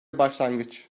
başlangıç